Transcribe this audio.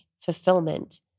fulfillment